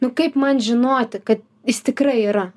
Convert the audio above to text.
nu kaip man žinoti kad jis tikrai yra